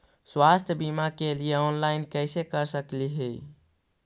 स्वास्थ्य बीमा के लिए ऑनलाइन कैसे कर सकली ही?